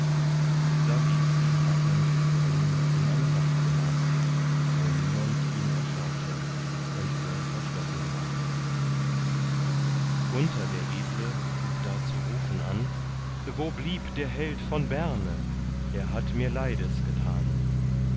da ließ sie hagnen führen in ein haftgemach wo niemand ihn erschaute und er verschlossen lag gunther der edle hub da zu rufen an wo blieb der held von berne er hat mir leides getan